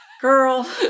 Girl